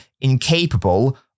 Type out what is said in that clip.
incapable